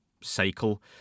cycle